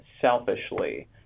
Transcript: selfishly